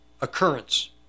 occurrence